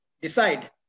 Decide